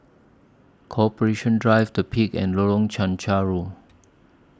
Corporation Drive The Peak and Lorong Chencharu